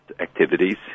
activities